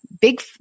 big